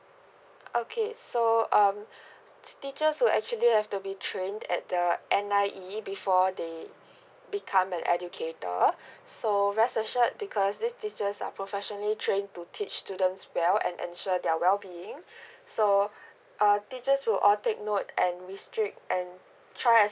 okay so um teacher so actually have to be trained at the N_I_E before they become an educator so rest assured because these teachers are professionally trained to teach students well and ensure their well being so uh teachers will all take note and restrict and try